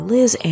Liz